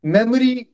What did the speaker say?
Memory